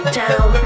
down